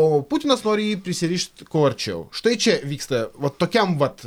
o putinas nori jį prisirišt kuo arčiau štai čia vyksta va tokiam vat